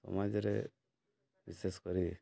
ସମାଜରେ ବିଶେଷ କରି